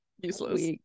useless